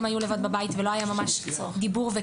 והם היו לבד בבית ולא היה ממש קשר ודיבור.